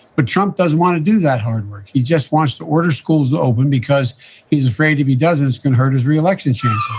but trump doesn't want to do that hard work. he just wants to order schools open because he's afraid if he doesn't, it can hurt his re-election chances